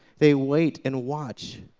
they wait and watch,